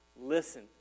listen